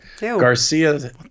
Garcia